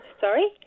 Sorry